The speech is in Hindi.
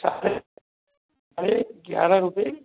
साढ़े साढ़े ग्यारह रुपये